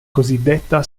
cosiddetta